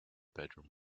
bedroom